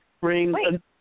bring